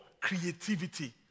creativity